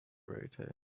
rotate